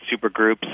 supergroups